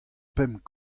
pemp